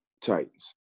Titans